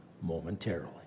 momentarily